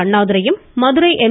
அண்ணாதுரையும் Madurai M